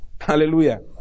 Hallelujah